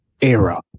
Era